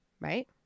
Right